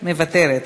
מוותרת,